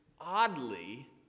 oddly